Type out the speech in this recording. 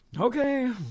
Okay